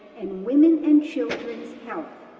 and women and children's health.